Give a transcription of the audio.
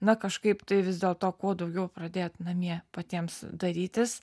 na kažkaip tai vis dėlto kuo daugiau pradėt namie patiems darytis